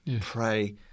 Pray